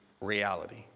reality